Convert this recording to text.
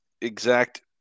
exact